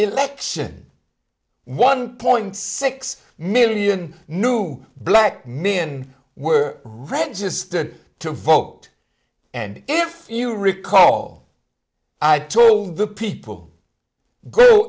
election one point six million new black men were registered to vote and if you recall i told the people g